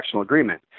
agreement